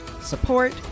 support